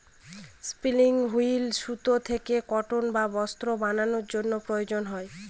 spinning wheel সুতা থেকে cotton বা বস্ত্র বানানোর জন্য প্রয়োজন হয়